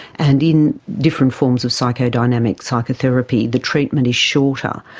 and in different forms of psychodynamic psychotherapy, the treatment is shorter,